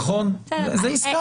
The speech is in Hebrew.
על זה הסכמנו.